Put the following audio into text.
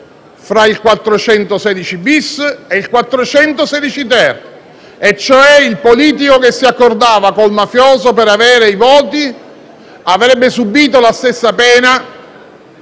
fra il 416-*bis* e il 416-*ter*: il politico che si fosse accordato con il mafioso per avere i voti avrebbe subito la stessa pena